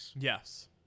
Yes